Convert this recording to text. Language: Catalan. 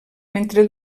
mentre